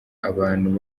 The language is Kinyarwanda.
abantu